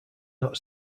not